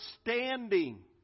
standing